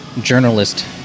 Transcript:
journalist